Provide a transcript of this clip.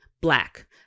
Black